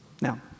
Now